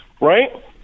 right